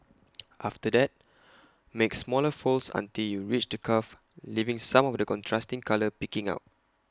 after that make smaller folds until you reach the cuff leaving some of the contrasting colour peeking out